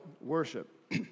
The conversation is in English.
worship